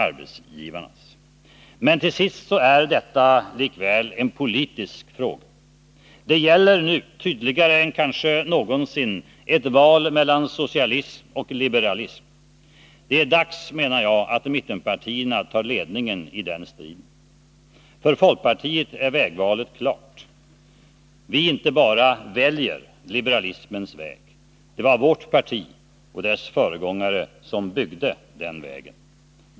Medan ni talar vackert om att bekämpa arbetslösheten och berömmer er för allt vad ni har gjort, ökar den för varje dag och för varje räkning. Förra året försvann över 40 000 industrijobb. Läser man sedan i regeringens finansplan, som skall vartiet är vägvalet klart. Vi inte bara väljer liberalismens väg — det var vårt parti och dess föregångare som byggde den vägen.